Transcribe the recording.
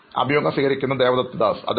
അഭിമുഖം സ്വീകരിക്കുന്നയാൾ അതെ